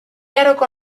aroko